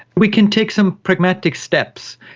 we can take some pragmatic steps.